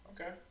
Okay